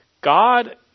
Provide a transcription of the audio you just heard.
God